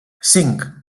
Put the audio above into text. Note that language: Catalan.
cinc